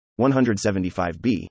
175B